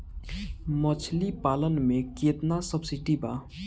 मछली पालन मे केतना सबसिडी बा?